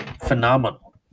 phenomenal